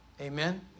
Amen